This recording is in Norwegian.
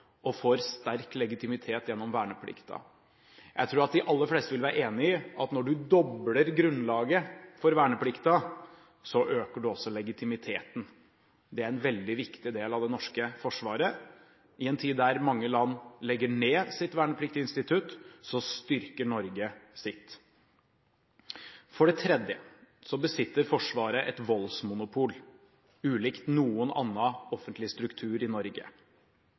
og får sterk legitimitet gjennom verneplikten. Jeg tror at de aller fleste vil være enig i at når man dobler grunnlaget for verneplikten, øker man også legitimiteten. Det er en veldig viktig del av det norske forsvaret. I en tid der mange land legger ned sitt vernepliktinstitutt, styrker Norge sitt. For det tredje besitter Forsvaret et voldsmonopol, ulikt noen annen offentlig struktur i Norge.